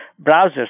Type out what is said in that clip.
browsers